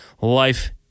Life